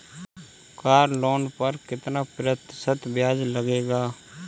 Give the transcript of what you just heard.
Car loan पर कितना प्रतिशत ब्याज लगेगा?